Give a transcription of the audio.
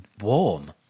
warm